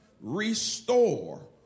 restore